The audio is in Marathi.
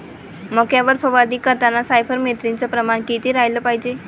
मक्यावर फवारनी करतांनी सायफर मेथ्रीनचं प्रमान किती रायलं पायजे?